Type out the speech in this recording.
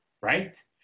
right